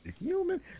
human